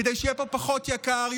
כדי שיהיה פה פחות יקר,